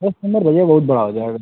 दस नंबर भैया बहुत बड़ा हो जाएगा